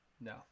No